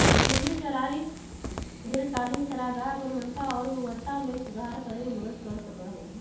घूर्णी चराई दीर्घकालिक चारागाह गुणवत्ता और उर्वरता में सुधार करे में मदद कर सका हई